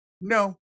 no